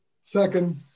Second